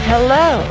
Hello